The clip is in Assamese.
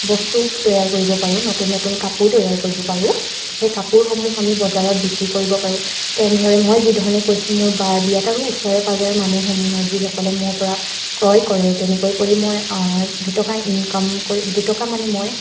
বস্তু তৈয়াৰ কৰিব পাৰোঁ নতুন নতুন কাপোৰ তৈয়াৰ কৰিব পাৰোঁ সেই কাপোৰসমূহ আমি বজাৰত বিক্ৰী কৰিব পাৰোঁ তেনেদৰে মই যিধৰণে কৈছোঁ মোৰ বাৰ বিয়াত আৰু ওচৰে পাঁজৰে মানুহসমূহৰ যিসকলে মোৰ পৰা ক্ৰয় কৰে তেনেকৈ কৰি মই দুটকা ইনকাম কৰি দুটকা মানে মই